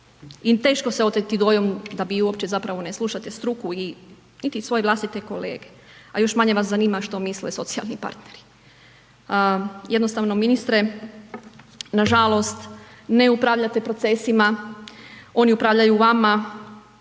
I teško se oteti dojmu da vi uopće zapravo ne slušate struku i niti svoje vlastite kolege a još manje vas zanima što misle socijalni partneri. Jednostavno ministre, nažalost ne upravljate procesima, oni upravljaju vama,